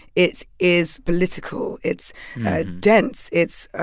it is political. it's dense. it's ah